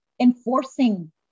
Enforcing